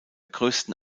größten